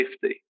safety